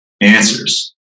answers